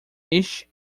este